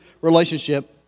relationship